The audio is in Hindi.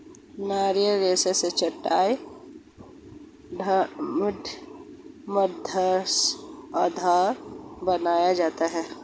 नारियल रेशा से चटाई, डोरमेट, मैटरेस आदि बनाया जाता है